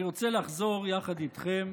אני רוצה לחזור יחד איתכם,